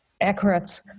accurate